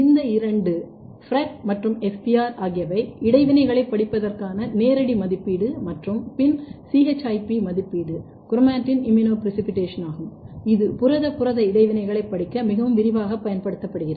இந்த இரண்டு FRET மற்றும் SPR ஆகியவை இடைவினைகளைப் படிப்பதற்கான நேரடி மதிப்பீடு மற்றும் பின்னர் ChIP மதிப்பீடு குரோமாடின் இம்யூனோபிரெசிபிட்டேஷன் ஆகும் இது புரத புரத இடைவினைகளைப் படிக்க மிகவும் விரிவாகப் பயன்படுத்தப்படுகிறது